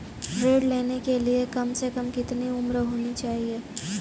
ऋण लेने के लिए कम से कम कितनी उम्र होनी चाहिए?